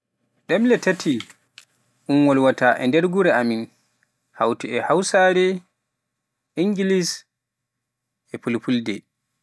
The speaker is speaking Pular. ɗemle taati un wolwaata e nder gure amin, hawti e Hausare, Ingilis, e Fulfulde.